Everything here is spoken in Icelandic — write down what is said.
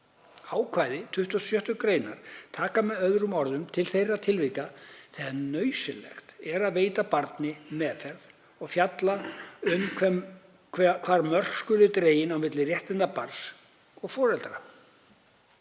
Ákvæði 26. gr. taka með öðrum orðum til þeirra tilvika þegar nauðsynlegt er að veita barni meðferð og fjallar um hvar mörk skuli dregin á milli réttinda barns og foreldra.